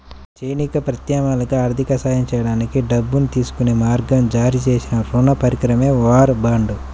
సైనిక ప్రయత్నాలకు ఆర్థిక సహాయం చేయడానికి డబ్బును తీసుకునే మార్గంగా జారీ చేసిన రుణ పరికరమే వార్ బాండ్